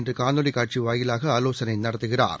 இன்றுகாணொலிகாட்சிவாயிலாக ஆலோசனைநடத்துகிறாா்